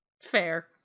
fair